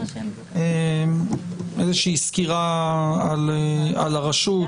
סקירה על הרשות,